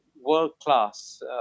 world-class